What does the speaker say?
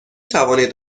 توانید